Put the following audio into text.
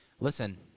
listen